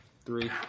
Three